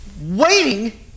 waiting